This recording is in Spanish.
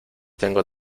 tengo